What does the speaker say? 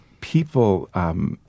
people